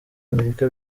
amerika